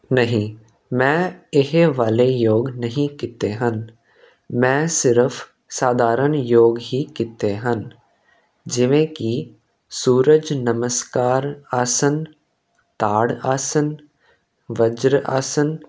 ਨਹੀਂ ਮੈਂ ਇਹ ਵਾਲੇ ਯੋਗ ਨਹੀਂ ਕੀਤੇ ਹਨ ਮੈਂ ਸਿਰਫ਼ ਸਾਧਾਰਨ ਯੋਗ ਹੀ ਕੀਤੇ ਹਨ ਜਿਵੇਂ ਕਿ ਸੂਰਜ ਨਮਸਕਾਰ ਆਸਨ ਤਾੜ ਆਸਨ ਵਜਰ ਆਸਨ